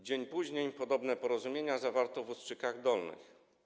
Dzień później podobne porozumienia zawarto w Ustrzykach Dolnych.